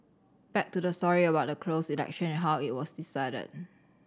back to the story about the closed election and how it was decided